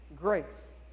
grace